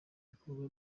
ibikorwa